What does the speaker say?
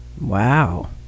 wow